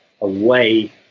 away